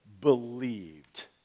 believed